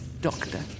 Doctor